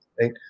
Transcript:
right